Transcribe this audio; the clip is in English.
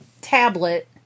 tablet